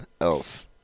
else